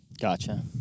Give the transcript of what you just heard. Gotcha